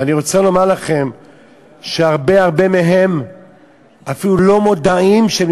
ואני רוצה לומר לכם שהרבה הרבה מהם אפילו לא מודעים לכך שהם